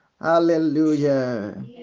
Hallelujah